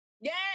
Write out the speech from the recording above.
Yes